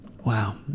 wow